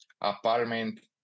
apartment